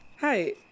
Hi